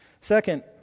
Second